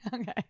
Okay